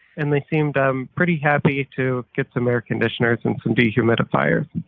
and they seem to um pretty happy to get some air conditioners and some dehumidifiers.